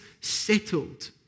settled